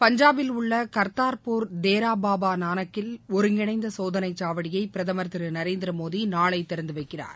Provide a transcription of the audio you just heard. பஞ்சாபில் உள்ளகர்தார்பூர் தேராபாபாநானக்கில் ஒருங்கிணைந்தசோதனைச் சாவடியைபிரதமர் திருநரேந்திரமோடிநாளைதிறந்துவைக்கிறார்